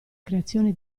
creazione